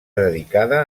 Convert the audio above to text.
dedicada